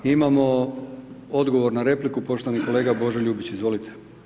Imamo odgovor na repliku poštovani kolega Božo Ljubić izvolite.